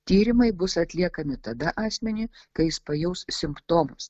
tyrimui bus atliekami tada asmeniui kai jis pajaus simptomus